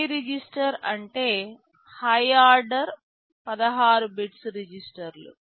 high register అంటే high order 16 bits రిజిస్టర్లు